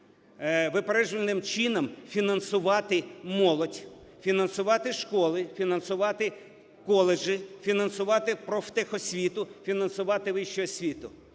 випереджувальним чином фінансувати молодь, фінансувати школи, фінансувати коледжі, фінансувати профтехосвіту, фінансувати вищу освіту.